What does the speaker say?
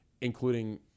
including